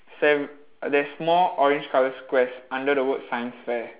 sam there's more orange colour squares under the word science fair